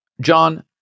john